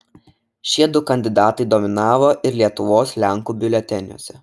šie du kandidatai dominavo ir lietuvos lenkų biuleteniuose